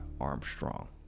Armstrong